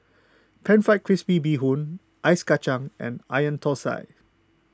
Pan Fried Crispy Bee Hoon Ice Kachang and Onion Thosai